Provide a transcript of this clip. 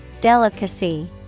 Delicacy